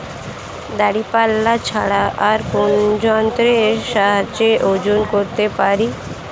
দাঁড়িপাল্লা ছাড়া আর কোন যন্ত্রের সাহায্যে ওজন করতে পারি?